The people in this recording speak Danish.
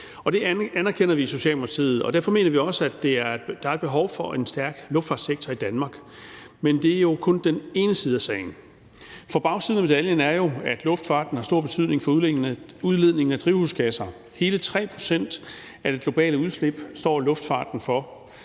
Det anerkender vi i Socialdemokratiet, og derfor mener vi også, at der er et behov for en stærk luftfartssektor i Danmark. Men det er jo kun den ene side af sagen. For bagsiden af medaljen er, at luftfarten har stor betydning for udledningen af drivhusgasser. Hele 3 pct. af det globale udslip står luftfarten for,